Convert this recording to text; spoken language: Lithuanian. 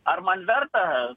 ar man verta